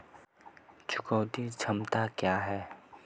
चुकौती क्षमता क्या है?